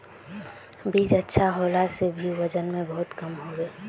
बीज अच्छा होला से भी वजन में बहुत कम होबे है?